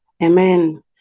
Amen